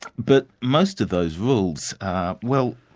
but most of those rules are well,